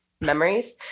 memories